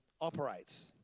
operates